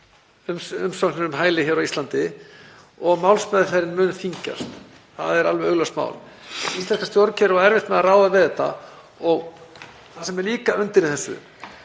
umsóknir um hæli hér á Íslandi og málsmeðferðin mun þyngjast. Það er alveg augljóst mál. Íslenska stjórnkerfið á erfitt með að ráða við þetta. Það sem er líka undir í þessu